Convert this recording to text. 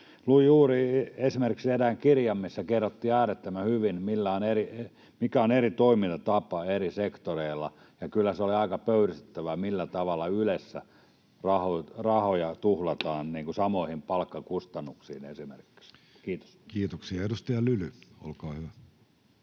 Luin juuri esimerkiksi erään kirjan, missä kerrottiin äärettömän hyvin, mikä on eri toimintatapa eri sektoreilla, ja kyllä se oli aika pöyristyttävää, millä tavalla Ylessä rahoja tuhlataan samoihin palkkakustannuksiin, esimerkiksi. — Kiitos. [Speech 51] Speaker: